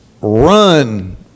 run